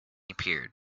appeared